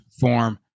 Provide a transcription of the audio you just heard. form